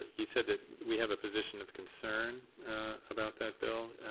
ah you said that we have a position of concern about that bill.